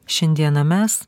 šiandieną mes